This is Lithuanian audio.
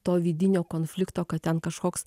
to vidinio konflikto kad ten kažkoks